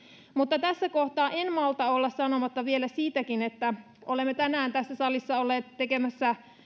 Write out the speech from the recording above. mutta tässä kohtaa en malta olla sanomatta vielä siitäkin että olemme tänään tässä salissa olleet tekemässä